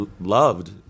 loved